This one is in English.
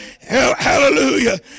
hallelujah